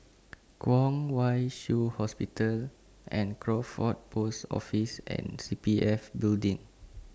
Kwong Wai Shiu Hospital Crawford Post Office and C P F Building